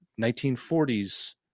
1940s